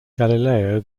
galileo